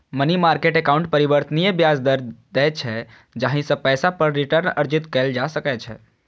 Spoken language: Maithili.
मनी मार्केट एकाउंट परिवर्तनीय ब्याज दर दै छै, जाहि सं पैसा पर रिटर्न अर्जित कैल जा सकै छै